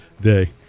day